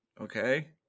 okay